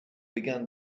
began